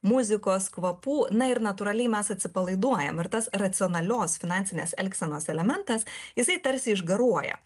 muzikos kvapų na ir natūraliai mes atsipalaiduojam ir tas racionalios finansinės elgsenos elementas jisai tarsi išgaruoja